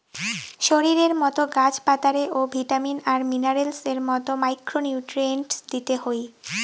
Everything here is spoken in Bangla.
শরীরের মতো গাছ পাতারে ও ভিটামিন আর মিনারেলস এর মতো মাইক্রো নিউট্রিয়েন্টস দিতে হই